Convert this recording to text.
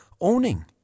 owning